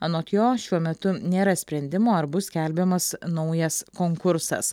anot jo šiuo metu nėra sprendimo ar bus skelbiamas naujas konkursas